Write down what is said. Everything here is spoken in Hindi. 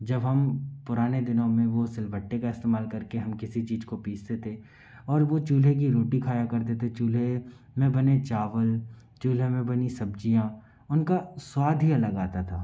जब हम पुराने दिनों में वो सिलबट्टे का इस्तेमाल करके हम किसी चीज़ को पीसते थे और वो चूल्हे की रोटी खाया करते थे चूल्हे में बने चावल चूल्हे में बनी सब्ज़ियाँ उनका स्वाद ही अलग आता था